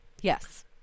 yes